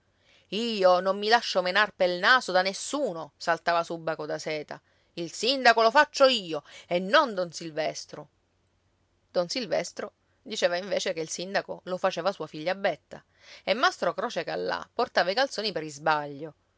io non mi lascio menar per il naso da nessuno saltava su baco da seta il sindaco lo faccio io e non don silvestro don silvestro diceva invece che il sindaco lo faceva sua figlia betta e mastro croce callà portava i calzoni per isbaglio